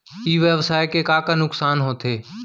ई व्यवसाय के का का नुक़सान होथे?